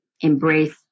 embrace